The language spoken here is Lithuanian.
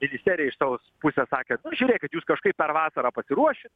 ministerija iš savos pusės sakė žiūrėkit jūs kažkaip per vasarą pasiruoši